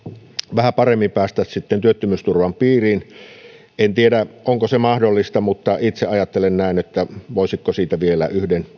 vähän paremmin päästä työttömyysturvan piiriin en tiedä onko se mahdollista mutta itse ajattelen näin että siitä voisi vielä yhden